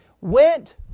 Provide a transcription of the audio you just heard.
went